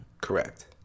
Correct